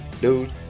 dude